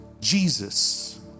Jesus